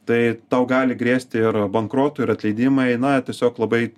tai tau gali grėsti ir bankrotu ir atleidimai na tiesiog labai